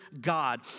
God